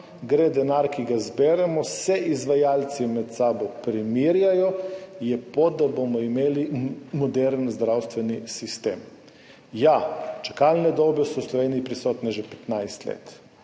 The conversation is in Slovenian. gre denar, ki ga zberemo in se izvajalci med sabo primerjajo, je pot, da bomo imeli moderen zdravstveni sistem. Ja, čakalne dobe so v Sloveniji prisotne že 15 let,